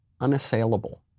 unassailable